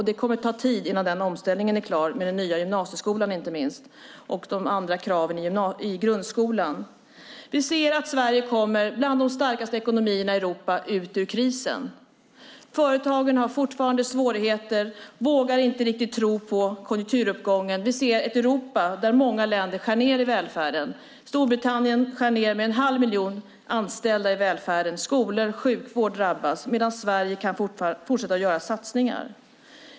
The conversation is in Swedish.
Det kommer att ta tid innan omställningen är klar, inte minst med den nya gymnasieskolan och de andra kraven i grundskolan. Vi ser att Sverige kommer ut ur krisen som en av de starkaste ekonomierna i Europa. Företagen har dock fortfarande svårigheter och vågar inte riktigt tro på konjunkturuppgången. Vi ser ett Europa där många länder skär ned i välfärden. Storbritannien skär ned med en halv miljon anställda i välfärden. Skolor och sjukvård drabbas. I Sverige kan vi dock fortsätta att göra satsningar.